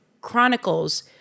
Chronicles